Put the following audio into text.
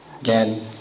Again